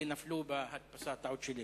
אלה נפלו בהדפסה, טעות שלי.